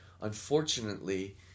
unfortunately